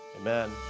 amen